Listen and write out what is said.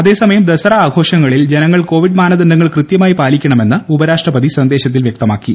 അതേസമയം ദസറ ആഘോഷങ്ങളിൽ ജനങ്ങൾ കോവിഡ് മാനദണ്ഡങ്ങൾ കൃത്യമായി പാലിക്കണമെന്ന് ഉപരാഷ്ട്രപതി സന്ദേശത്തിൽ വ്യക്തമാക്കി